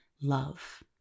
love